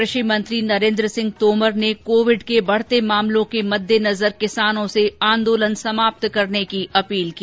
कृषि मंत्री नरेन्द्र सिंह तोमर ने कोविड के बढते मामलों के मददेनजर किसानों से आंदोलन समाप्त करने की अपील की